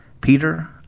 Peter